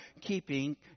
keeping